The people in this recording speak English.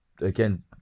again